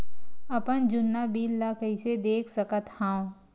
अपन जुन्ना बिल ला कइसे देख सकत हाव?